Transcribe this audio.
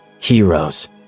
heroes